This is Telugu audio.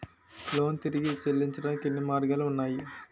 లోన్ తిరిగి చెల్లించటానికి ఎన్ని మార్గాలు ఉన్నాయి?